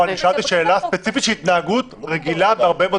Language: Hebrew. אני שאלתי שאלה ספציפית שהיא התנהגות רגילה בהרבה מאוד